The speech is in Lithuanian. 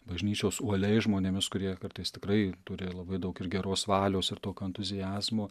bažnyčios uoliais žmonėmis kurie kartais tikrai turi labai daug ir geros valios ir tokio entuziazmo